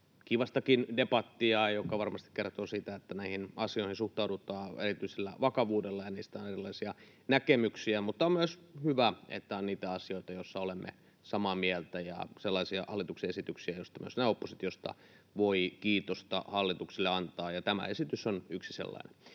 kiivastakin debattia, joka varmasti kertoo siitä, että näihin asioihin suhtaudutaan erityisellä vakavuudella ja niistä on erilaisia näkemyksiä. Mutta on myös hyvä, että on niitä asioita, joista olemme samaa mieltä, ja sellaisia hallituksen esityksiä, joista myös näin oppositiosta voi kiitosta hallitukselle antaa, ja tämä esitys on yksi sellainen.